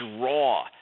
raw